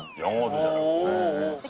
you know know,